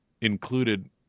included